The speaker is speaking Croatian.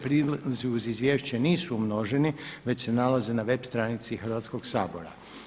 Prilozi uz izvješće nisu umnoženi već se nalaze na web stranici Hrvatskog sabora.